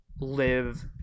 live